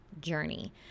journey